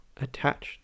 attached